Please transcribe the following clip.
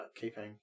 keeping